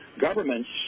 governments